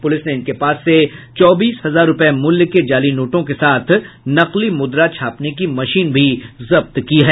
police ने इनके पास से चौबीस हजार रूपये मूल्य के जाली नोटों के साथ नकली मुद्रा छापने की मशीन भी जब्त की है